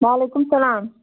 وعلیکُم السَلام